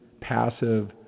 passive